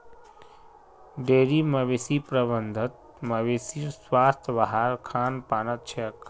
dairy मवेशी प्रबंधत मवेशीर स्वास्थ वहार खान पानत छेक